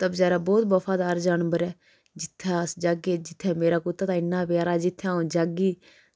ते बचैरा बोह्त बफादार जानवर ऐ जित्थें अस जाह्गे जित्थें मेरा कुत्ता ते इन्ना प्यारा जित्थै अ'ऊं जाह्गी